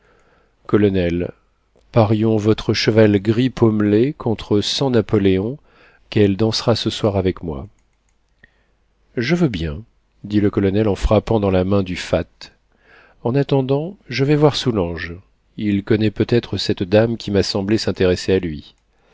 colonel parions votre cheval gris pommelé contre cent napoléons qu'elle dansera ce soir avec moi je veux bien dit le colonel en frappant dans la main du fat en attendant je vais voir soulanges il connaît peut-être cette dame qui m'a semblé s'intéresser à lui